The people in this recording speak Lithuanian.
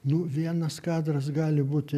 nu vienas kadras gali būti